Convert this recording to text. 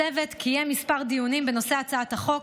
הצוות קיים כמה דיונים בנושא הצעת החוק,